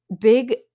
big